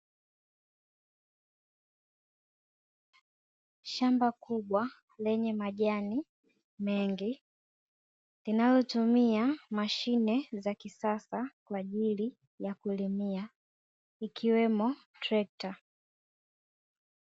Shamba kubwa lenye majani mengi, linalotumia mashine za kisasa kwa ajili ya kulimia, ikiwemo trekta.